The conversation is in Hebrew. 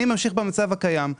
אני ממשיך במצב הקיים.